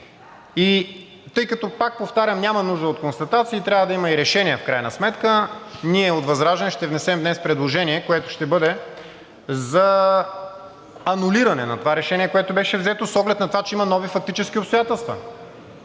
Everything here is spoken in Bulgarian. и тъй като, пак повтарям, няма нужда от констатации, трябва да има и решения в крайна сметка, ние от ВЪЗРАЖДАНЕ ще внесем днес предложение, което ще бъде за анулиране на това решение, което беше взето, с оглед на това, че има нови фактически обстоятелства.